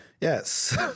Yes